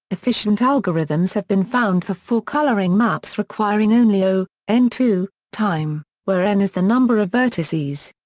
efficient algorithms have been found for four coloring maps requiring only o n two time, where n is the number of vertices.